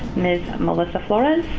ms. melissa florez.